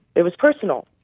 it was personal.